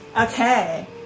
okay